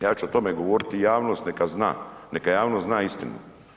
Ja ću o tome govoriti javnosti, neka zna, neka javnost zna istinu.